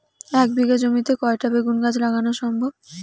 এক বিঘা জমিতে কয়টা বেগুন গাছ লাগানো সম্ভব?